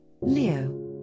Leo